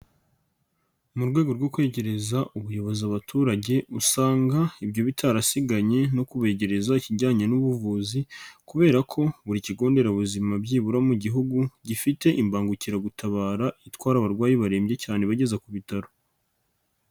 Mu rwego rwo kwegereza ubuyobozi abaturage usanga ibyo bitarasigaye no kubegereza ikijyanye n'ubuvuzi kubera ko buri kigo nderabuzima byibura mu gihugu gifite imbangukiragutabara itwara abarwayi barembye cyane ibageze ku bitaro.